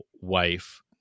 wife